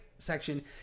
section